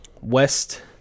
west